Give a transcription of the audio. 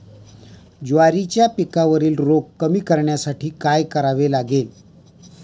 ज्वारीच्या पिकावरील रोग कमी करण्यासाठी काय करावे लागेल?